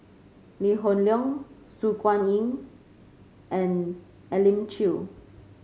Lee Hoon Leong Su Guaning and Elim Chew